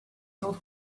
not